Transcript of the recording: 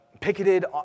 picketed